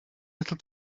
little